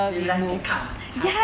then realized you can cut ah !huh!